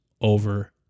over